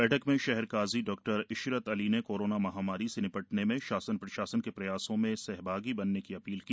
बैठक में शहर काजी डॉ इशरत अली ने कोरोना महामारी से निपटने में शासन प्रशासन के प्रयासों में सहभागी बनने की अपील की